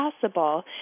possible